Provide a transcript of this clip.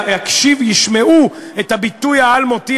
ישמעו את הביטוי האלמותי,